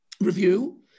review